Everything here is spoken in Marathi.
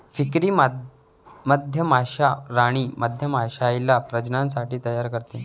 फ्रीकरी मधमाश्या राणी मधमाश्याला प्रजननासाठी तयार करते